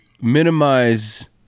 minimize